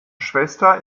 schwester